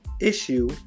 issue